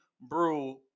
brew